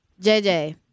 JJ